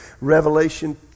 Revelation